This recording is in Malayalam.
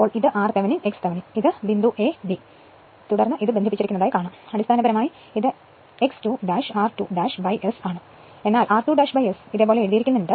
അതിനാൽ ഇത് r Thevenin x Thevenin ഇതാണ് ബിന്ദു a b തുടർന്ന് ഇത് ബന്ധിപ്പിച്ചിരിക്കുന്നു അടിസ്ഥാനപരമായി ഇത് x 2 r2 S ആണ് എന്നാൽ r2 S ഇതുപോലെ എഴുതിയിരിക്കുന്നു